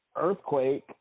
Earthquake